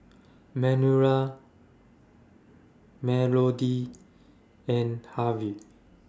Manuela Melodee and Harvey